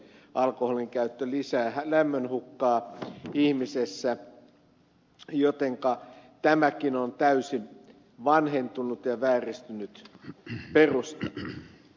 alkoholin käyttö lisää lämmönhukkaa ihmisessä jotenka tämäkin on täysin vanhentunut ja vääristynyt peruste